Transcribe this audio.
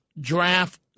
draft